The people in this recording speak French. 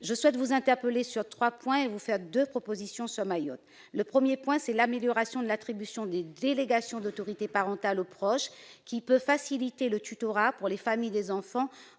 Je souhaite vous interpeller sur trois points et vous faire deux propositions pour ce qui concerne Mayotte. Tout d'abord, l'amélioration de l'attribution des délégations d'autorité parentale aux proches peut faciliter le tutorat par les familles des enfants